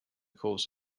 cause